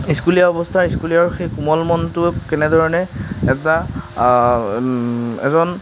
স্কুলীয়া অৱস্থাৰ স্কুলীয়া আৰু সেই কোমল মনটো কেনেধৰণে এটা এজন